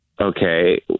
Okay